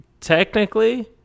technically